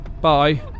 Bye